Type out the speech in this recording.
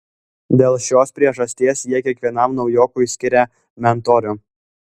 dėl šios priežasties jie kiekvienam naujokui skiria mentorių